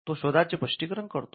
तो शोधाचे स्पष्टीकरण करतो